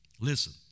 Listen